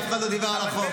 אף אחד לא דיבר על החוק.